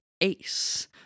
Ace